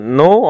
no